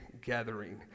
gathering